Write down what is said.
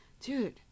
Dude